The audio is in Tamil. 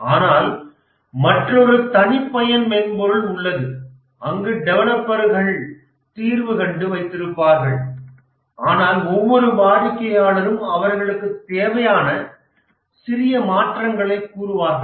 ஆனால் மற்றொரு தனிப்பயன் மென்பொருள் உள்ளது அங்கு டெவெலபேர்கள் தீர்வு கண்டு வைத்திருப்பார்கள் ஆனால் ஒவ்வொரு வாடிக்கையாளரும் அவர்களுக்கு தேவையான சிறிய மாற்றங்களை கூறுவார்கள்